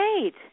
great